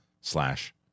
slash